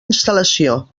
instal·lació